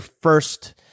first